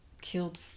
killed